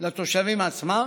לתושבים עצמם.